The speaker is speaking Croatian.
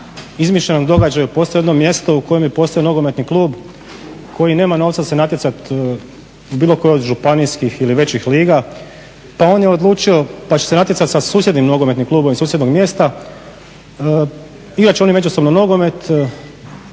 izmišljenom događaju postojalo jedno mjesto u kojem je postojao nogometni klub koji nema novca se natjecati u bilo kojoj od županijskih ili većih liga pa on je odlučio pa će se natjecati sa susjednim nogometnim klubom iz susjednog mjesta, igrat će oni međusobno nogomet,